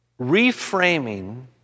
reframing